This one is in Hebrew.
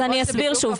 אז אני אסביר שוב.